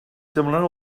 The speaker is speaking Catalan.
semblant